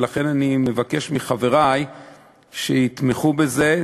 ולכן אני מבקש מחברי שיתמכו בזה.